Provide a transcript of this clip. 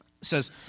says